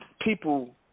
people